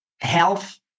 health